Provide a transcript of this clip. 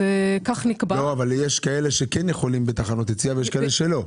אבל יש כאלה שיכולים בתחנות יציאה, ויש כאלה שלא.